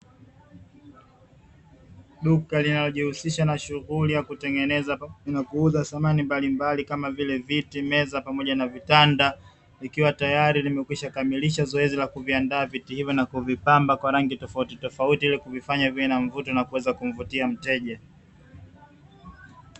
Duka linalojihusisha na shughuli ya kutengeneza na kuuza samani za aina mbalimbali kama vile viti, meza pamoja na vitanda, ikiwa tayari imekwisha kamilisha zoezi la kuviandaa viti hivyo na kuvipamba kwa rangi tofauti tofauti ili kuvifanya viweze kuwa na mvuto na kuvutia mteja.